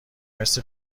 مثل